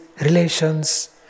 relations